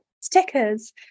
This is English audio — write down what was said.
stickers